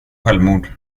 självmord